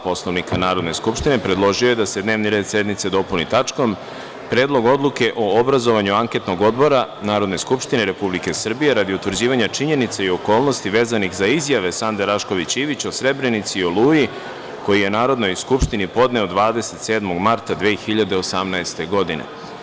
Poslovnika Narodne skupštine, predložio je da se dnevni red sednice dopuni tačkom – Predlog odluke o obrazovanju anketnog odbora Narodne skupštine Republike Srbije radi utvrđivanja činjenica i okolnosti vezanih za izjave Sande Rašković Ivić o Srebrenici i o „Oluji“, koji je podneo Narodnoj skupštini 27. marta 2018. godine.